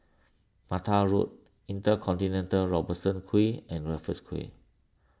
Mattar Road Intercontinental Robertson Quay and Raffles Quay